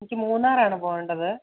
എനിക്ക് മൂന്നാറാണ് പോവേണ്ടത്